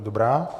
Dobrá.